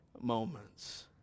moments